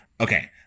Okay